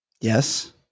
Yes